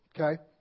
okay